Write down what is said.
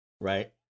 Right